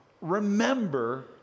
remember